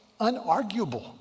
unarguable